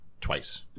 twice